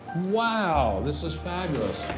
wow, this is fabulous.